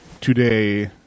Today